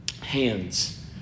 hands